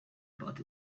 about